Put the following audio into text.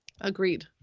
Agreed